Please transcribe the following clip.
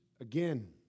again